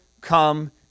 come